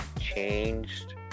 changed